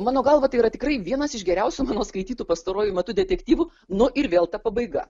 mano galva tai yra tikrai vienas iš geriausių skaitytų pastaruoju metu detektyvų nu ir vėl ta pabaiga